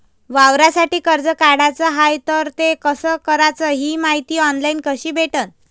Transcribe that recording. वावरासाठी कर्ज काढाचं हाय तर ते कस कराच ही मायती ऑनलाईन कसी भेटन?